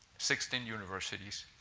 sixteen universities,